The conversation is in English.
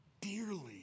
dearly